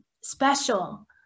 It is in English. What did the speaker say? special